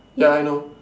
ya I know